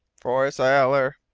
for a sailor.